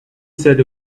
said